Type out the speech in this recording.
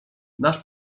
nasz